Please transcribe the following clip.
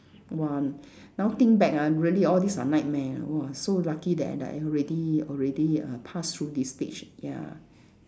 !wah! now think back ah really all these are nightmare !wah! so lucky that that I already already uh pass through this stage ya